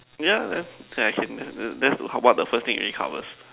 ya then I can that's what the first thing it already covers